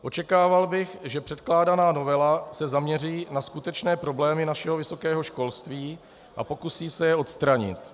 Očekával bych, že předkládaná novela se zaměří na skutečné problémy našeho vysokého školství a pokusí se je odstranit.